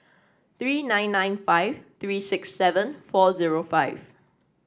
three nine nine five three six seven four zero five